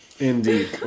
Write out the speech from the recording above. Indeed